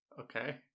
Okay